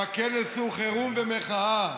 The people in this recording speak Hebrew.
והכנס הוא חירום ומחאה,